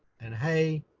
and hay,